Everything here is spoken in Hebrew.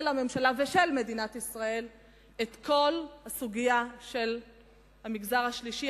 של הממשלה ושל מדינת ישראל את כל הסוגיה של המגזר השלישי.